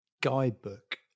guidebook